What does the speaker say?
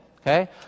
Okay